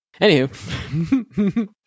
anywho